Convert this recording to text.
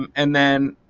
um and then